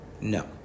No